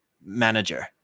manager